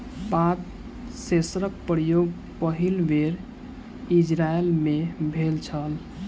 पात सेंसरक प्रयोग पहिल बेर इजरायल मे भेल छल